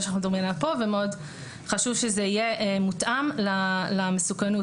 עליה אנחנו מדברים כאן ומאוד חשוב שזה יהיה מותאם במיוחד למסוכנות.